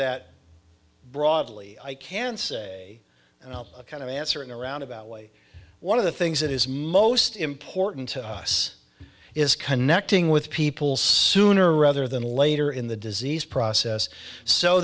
that broadly i can't say kind of answer in a roundabout way one of the things that is most important to us is connecting with people sooner rather than later in the disease process so